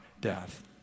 death